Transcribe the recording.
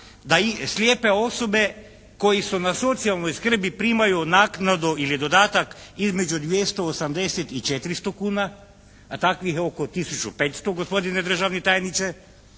da i slijepe osobe koej su na socijalnoj skrbi primaju naknadu ili dodatak između 280 i 400 kuna, a takvih je oko 1500 gospodine državni tajniče,